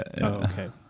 okay